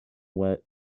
wet